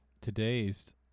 today's